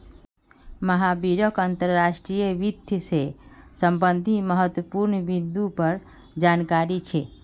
महावीरक अंतर्राष्ट्रीय वित्त से संबंधित महत्वपूर्ण बिन्दुर पर जानकारी छे